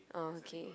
uh okay